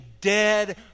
dead